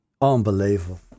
unbelievable